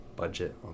budget